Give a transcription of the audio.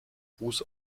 ruß